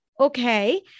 Okay